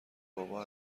بابا